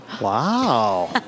Wow